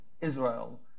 Israel